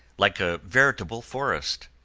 like a veritable forest.